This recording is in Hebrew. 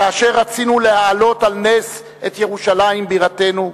כאשר רצינו להעלות על נס את ירושלים בירתנו?